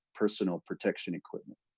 personal protection equipment.